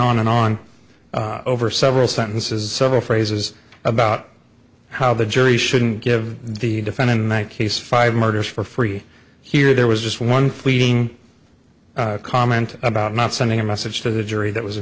on and on over several sentences several phrases about how the jury shouldn't give the defendant in that case five murders for free here there was just one fleeting comment about not sending a message to the jury that was